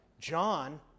John